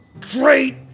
great